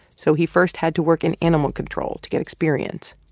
so he first had to work in animal control to get experience.